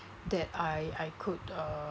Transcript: that I I could uh